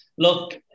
Look